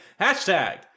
hashtag